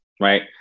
right